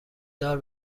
دار